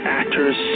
actors